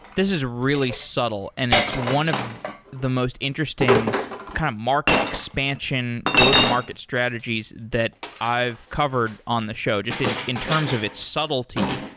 this is really subtle and it's one of the most interesting kind of market expansion go-to-market strategies that i've covered on the show just in in terms of its subtlety.